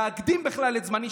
להקדים בכלל את זמני,